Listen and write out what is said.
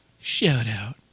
shout-out